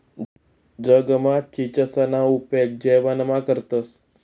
जगमा चीचसना उपेग जेवणमा करतंस